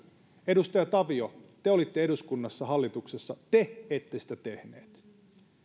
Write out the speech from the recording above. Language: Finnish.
edustaja tavio te olitte eduskunnassa hallituksessa te ette sitä tehneet